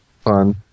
fun